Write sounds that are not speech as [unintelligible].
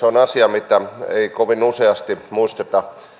[unintelligible] on asia mitä ei kovin useasti muisteta